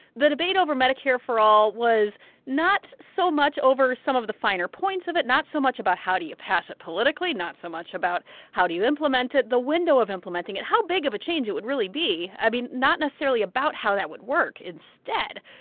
the debate over medicare for all was not so much over some of the finer points of it, not so much about how do you pass it politically, not so much about how do you the window of implementing it, how big of a change it would really be i mean, not necessarily about how that would work instead,